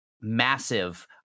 massive